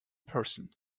person